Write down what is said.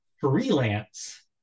Freelance